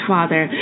Father